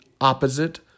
opposite